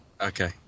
Okay